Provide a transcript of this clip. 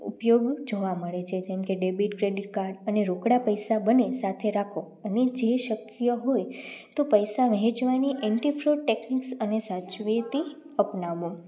ઉપયોગ જોવા મળે છે જેમ કે ડેબિટ ક્રેડિટ કાર્ડ અને રોકડા પૈસા બંને સાથે રાખો અને જે શક્ય હોય તો પૈસા વહેંચવાની એન્ટી ફ્લૂ ટેક્સ અને સાચવેતી અપનાવો